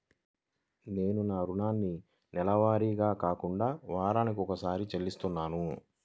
నేను నా రుణాన్ని నెలవారీగా కాకుండా వారానికోసారి చెల్లిస్తున్నాను